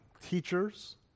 teachers